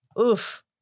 Oof